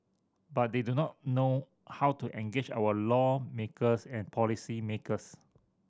but they do not know how to engage our lawmakers and policymakers